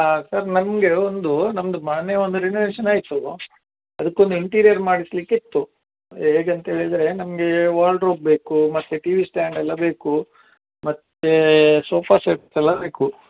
ಹಾಂ ಸರ್ ನಮಗೆ ಒಂದು ನಮ್ಮದು ಮನೆ ಒಂದು ರಿನೋವೇಷನ್ ಆಯಿತು ಅದ್ಕೊಂದು ಇಂಟಿರಿಯರ್ ಮಾಡಿಸ್ಲಿಕ್ಕೆ ಇತ್ತು ಹೇಗೆ ಅಂತ ಹೇಳಿದ್ರೆ ನಮಗೆ ವಾರ್ಡ್ರೋಬ್ ಬೇಕು ಮತ್ತೆ ಟೀವಿ ಸ್ಟ್ಯಾಂಡ್ ಎಲ್ಲ ಬೇಕು ತ್ತು ಸೋಫಾ ಸೆಟ್ಸ್ ಎಲ್ಲ ಬೇಕು